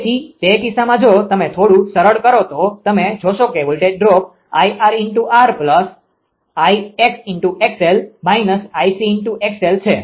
તેથી તે કિસ્સામાં જો તમે થોડું સરળ કરો તો તમે જોશો કે વોલ્ટેજ ડ્રોપ 𝐼𝑟𝑟 𝐼𝑥𝑥𝑙 − 𝐼𝑐𝑥𝑙 છે